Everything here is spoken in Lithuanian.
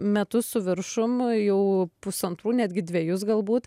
metus su viršum jau pusantrų netgi dvejus galbūt